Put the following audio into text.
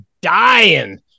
dying